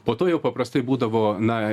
po to jau paprastai būdavo na